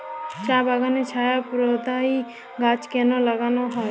চা বাগানে ছায়া প্রদায়ী গাছ কেন লাগানো হয়?